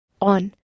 on